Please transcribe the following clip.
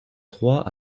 trois